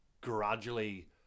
gradually